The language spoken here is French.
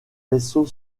vaisseau